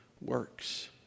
works